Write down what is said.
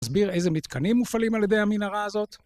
מסביר איזה מתקנים מופעלים על ידי המנהרה הזאת